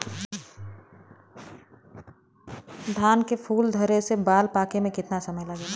धान के फूल धरे से बाल पाके में कितना समय लागेला?